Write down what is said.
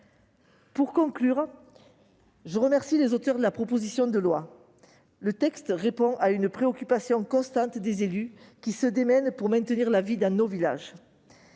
Pour conclure, je remercie les auteurs de la proposition de loi. Le texte répond à une préoccupation constante des élus qui se démènent pour maintenir la vie dans leurs villages.